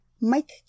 Mike